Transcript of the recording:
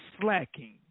slacking